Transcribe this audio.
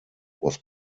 was